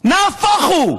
נהפוך הוא.